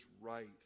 right